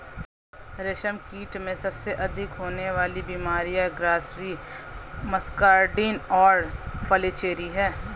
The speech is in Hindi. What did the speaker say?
रेशमकीट में सबसे अधिक होने वाली बीमारियां ग्रासरी, मस्कार्डिन और फ्लैचेरी हैं